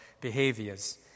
behaviors